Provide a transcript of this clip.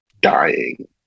dying